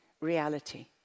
reality